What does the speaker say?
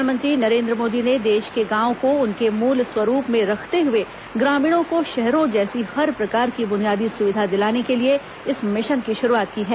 प्रधानमंत्री नरेन्द्र मोदी ने देश के गांवों को उनके मूल स्वरूप में रखते हुए ग्रामीणों को शहरों जैसी हर प्रकार की बुनियादी सुविधा दिलाने के लिए इस मिशन की शुरूआत की है